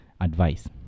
advice